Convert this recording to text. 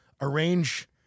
arrange